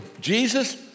Jesus